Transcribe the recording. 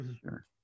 sure